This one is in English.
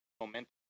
momentum